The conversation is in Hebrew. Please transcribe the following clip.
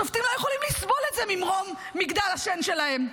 השופטים לא יכולים לסבול את זה ממרום מגדל השן שלהם.